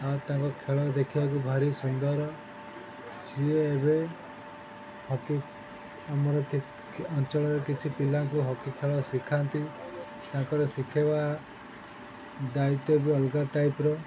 ଆଉ ତାଙ୍କ ଖେଳ ଦେଖିବାକୁ ଭାରି ସୁନ୍ଦର ସିଏ ଏବେ ହକି ଆମର ଅଞ୍ଚଳରେ କିଛି ପିଲାଙ୍କୁ ହକି ଖେଳ ଶିଖାନ୍ତି ତାଙ୍କର ଶିଖେଇବା ଦାୟିତ୍ୱ ବି ଅଲଗା ଟାଇପର